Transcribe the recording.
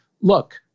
look